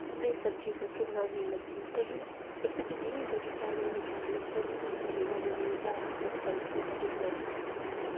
ते में सब्जी फुल्के बनाने लग्गी आं तदूं इक दिन निं बड़ी पैह्लें दी गल्ल ऐ जदूं मी नमीं नमीं निं जाच सिक्खै दी ही रुट्टी बनाने दी